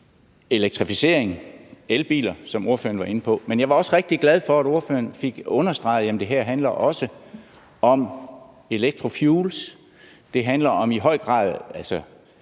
elektrificering, altså elbiler, som ordføreren var inde på. Men jeg var også rigtig glad for, at ordføreren fik understreget, at det her også handler om electrofuels. Det handler i høj grad